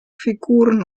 figuren